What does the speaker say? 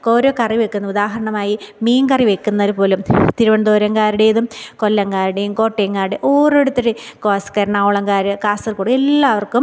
ഓരോ കറിവെക്കുന്നു ഉദാഹരണമായി മീൻകറി വെക്കുന്നതുപോലും തിരുവനന്തപുരംകാരുടേതും കൊല്ലംകാരുടേയും കോട്ടയംകാരുടെ ഓരോരുത്തരുടെ എറണാകുളംകാർ കാസർഗോഡ് എല്ലാവർക്കും